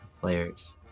player's